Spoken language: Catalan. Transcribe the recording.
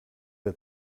del